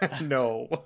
No